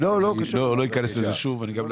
לא אכנס לזה שוב.